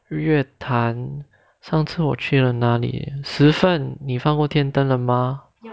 日月潭上次我去了哪里十分你放过天灯了吗